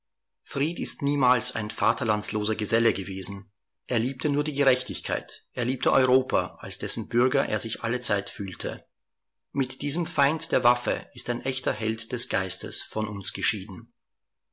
fried ist niemals ein vaterlandsloser geselle gewesen er liebte nur die gerechtigkeit er liebte europa als dessen bürger er sich allezeit fühlte mit diesem feind der waffe ist ein echter held des geistes von uns geschieden